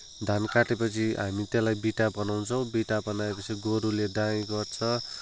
धान काटेपछि हामी त्यसलाई बिटा बनाउँछौँ बिटा बनाएपछि गोरुले दाइँ गर्छ